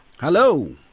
Hello